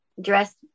dressed